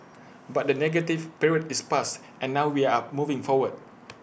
but the negative period is past and now we are moving forward